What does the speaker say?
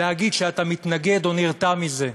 להגיד שאתה מתנגד, או נרתע מזה.